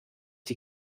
die